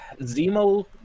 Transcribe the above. Zemo